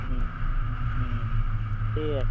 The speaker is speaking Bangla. হুম হুম ঠিক আছে